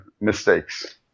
mistakes